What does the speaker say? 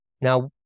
Now